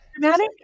Dramatic